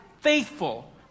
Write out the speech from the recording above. faithful